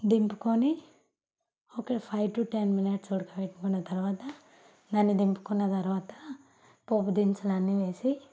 దింపుకొని ఒక five to ten minutes ఉడకబెట్టుకున్న తరువాత దాన్ని దింపుకున్న తరువాత పోపు దినుసులు అన్నీ వేసి